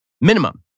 minimum